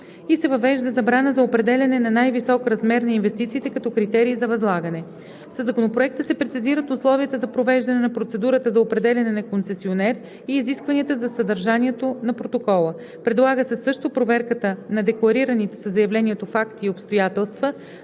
и се въвежда забрана за определяне на най-висок размер на инвестициите като критерий за възлагане. Със Законопроекта се прецизират условията за провеждане на процедурата за определяне на концесионер и изискванията за съдържанието на протокола. Предлага се също проверката на декларираните със заявлението факти и обстоятелства